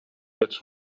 its